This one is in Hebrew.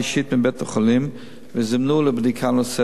מבית-החולים וזומנו לבדיקה נוספת.